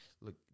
Look